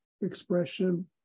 expression